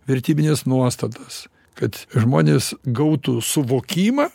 vertybines nuostatas kad žmonės gautų suvokimą